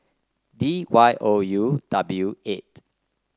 D Y O U W eight